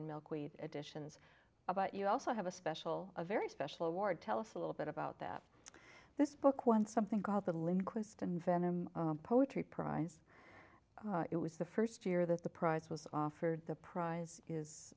and milkweed additions about you also have a special a very special award tell us a little bit about that this book won something called the lindquist and venom poetry prize it was the first year that the prize was offered the prize is